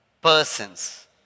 persons